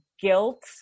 guilt